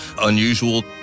unusual